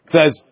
Says